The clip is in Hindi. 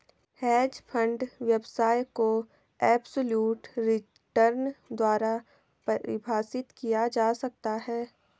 हेज फंड व्यवसाय को एबसोल्यूट रिटर्न द्वारा परिभाषित किया जा सकता है